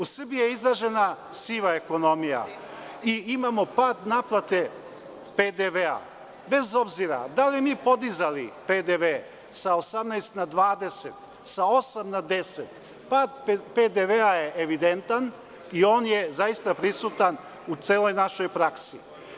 U Srbiji je izložena siva ekonomija i imamo pad naplate PDV, bez obzira da li mi podizali PDV sa 18 na 20, sa 8 na 10, pad PDV je evidentan i on je zaista prisutan u celoj našoj praksi.